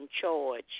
charge